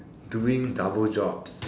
doing double jobs